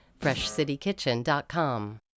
FreshCityKitchen.com